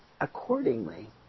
accordingly